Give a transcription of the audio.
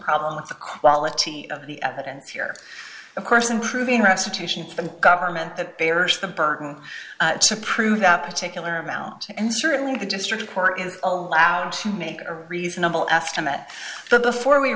problem with the quality of the evidence here of course in proving restitution for the government that bears the burden to prove that particular amount and certainly the district court is allowed to make a reasonable aftermath but before we